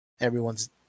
everyone's